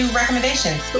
recommendations